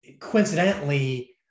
coincidentally